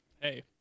Hey